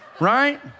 right